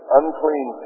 unclean